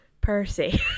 Percy